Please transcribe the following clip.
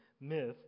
myth